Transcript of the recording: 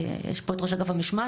יש פה את ראש אגף המשמעת,